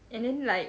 and then like